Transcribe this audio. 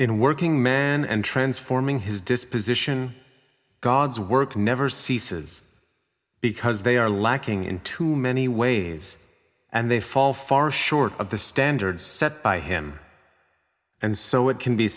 in working man and transforming his disposition god's work never ceases because they are lacking in too many ways and they fall far short of the standards set by him and so it can be